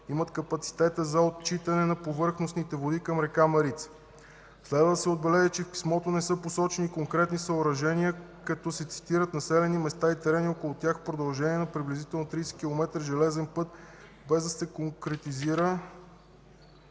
имат капацитета за оттичане повърхностните води към река Марица. Следва да се отбележи, че в писмото не са посочени конкретни съоръжения, като се цитират населените места и терени около тях в продължение на приблизително 30 километра по железния път, без да се конкретизира